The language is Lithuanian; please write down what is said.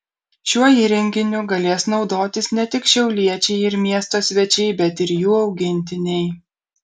šiuo įrenginiu galės naudotis ne tik šiauliečiai ir miesto svečiai bet ir jų augintiniai